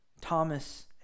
Thomas